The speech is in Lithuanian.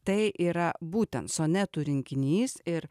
tai yra būtent sonetų rinkinys ir